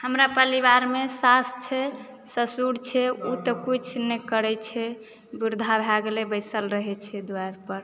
हमरा परिवारमे साउस छै ससुर छै ओ तऽ किछु नहि करैत छै वृद्धा भए गेलय बसिल रहैत छै द्वारि पर